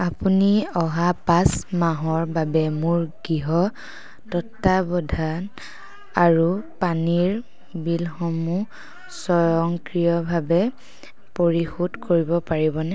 আপুনি অহা পাঁচ মাহৰ বাবে মোৰ গৃহ তত্বাৱধান আৰু পানীৰ বিলসমূহ স্বয়ংক্ৰিয়ভাৱে পৰিশোধ কৰিব পাৰিবনে